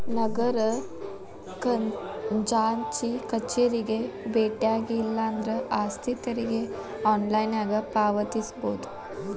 ನಗರ ಖಜಾಂಚಿ ಕಚೇರಿಗೆ ಬೆಟ್ಟ್ಯಾಗಿ ಇಲ್ಲಾಂದ್ರ ಆಸ್ತಿ ತೆರಿಗೆ ಆನ್ಲೈನ್ನ್ಯಾಗ ಪಾವತಿಸಬೋದ